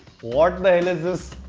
what the hell is this.